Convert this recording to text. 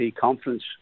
conference